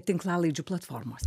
tinklalaidžių platformose